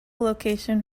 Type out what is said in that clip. location